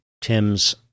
Tim's